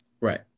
right